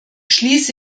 schließe